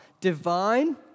divine